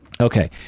Okay